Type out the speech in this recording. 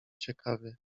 ciekawie